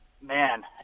Man